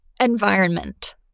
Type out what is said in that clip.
Environment